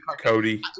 Cody